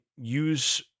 use